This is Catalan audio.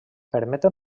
permeten